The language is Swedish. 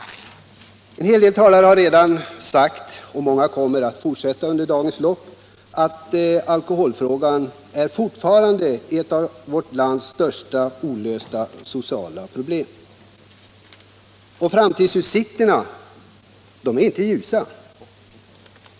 En hel del talare har redan sagt och fler kommer att göra det under dagens lopp att alkoholfrågan fortfarande är ett av vårt lands största olösta sociala problem. Framtidsutsikterna är inte ljusa.